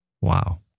Wow